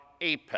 Apep